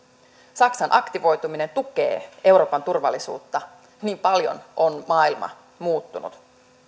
saksan aktivoituminen tukee euroopan turvallisuutta niin paljon on maailma muuttunut